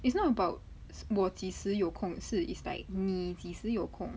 it's not about 我几时有空是 like 你几时有空